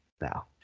Now